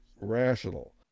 rational